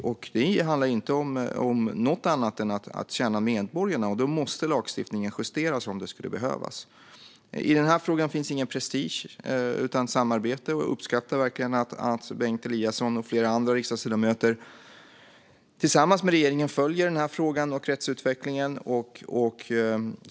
Det handlar inte om något annat än att tjäna medborgarna. Lagstiftningen måste alltså justeras om det behövs. I den här frågan finns ingen prestige utan samarbete. Jag uppskattar verkligen att Bengt Eliasson och flera andra riksdagsledamöter tillsammans med regeringen följer frågan och rättsutvecklingen.